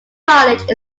college